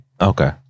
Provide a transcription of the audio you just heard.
Okay